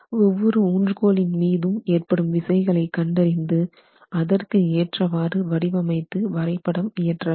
ஒவ்வொரு ஊன்றுகோலின் மீது ஏற்படும் விசைகளை கண்டறிந்து அதற்கு ஏற்றவாறு வடிவமைத்து வரைபடம் இயற்ற வேண்டும்